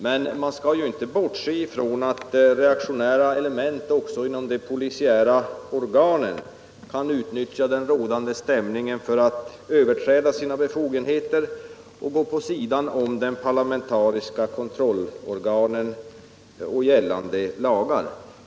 Men man skall inte bortse från att reaktionära element också inom de polisiära organen kan utnyttja den rådande stämningen för att överträda sina befogenheter och gå på sidan om de parlamentariska kontrollorganen och gällande lagar.